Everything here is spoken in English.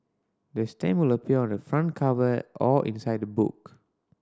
the stamp will appear on the front cover or inside the book